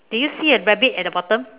do you see a rabbit at the bottom